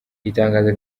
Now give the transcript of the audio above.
itangazo